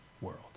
world